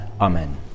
Amen